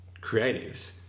creatives